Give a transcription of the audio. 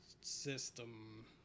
system